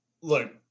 look